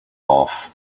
off